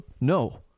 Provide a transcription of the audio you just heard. no